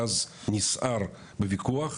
אז נסער בוויכוח,